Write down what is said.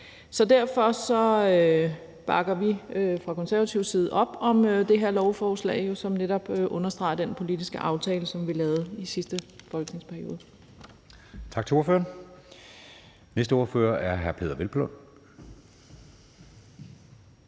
Derfor bakker vi fra Konservatives side op om det her lovforslag, der jo netop understreger den politiske aftale, som vi lavede i sidste folketingsperiode. Kl. 14:53 Anden næstformand (Jeppe